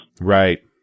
Right